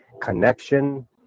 connection